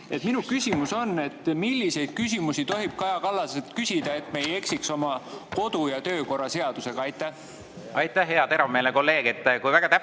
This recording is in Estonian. Minu küsimus on, et milliseid küsimusi tohib Kaja Kallaselt küsida, et me ei eksiks oma kodu‑ ja töökorra seaduse vastu. Aitäh, hea teravmeelne kolleeg! Kui väga täpne